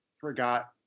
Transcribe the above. forgot